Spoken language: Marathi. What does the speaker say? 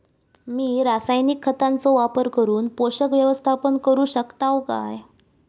मी रासायनिक खतांचो वापर करून पोषक व्यवस्थापन करू शकताव काय?